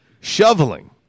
Shoveling